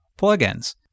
plugins